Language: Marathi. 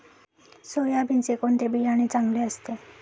सोयाबीनचे कोणते बियाणे चांगले असते?